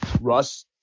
Russ